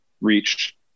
reach